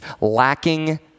lacking